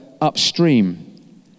upstream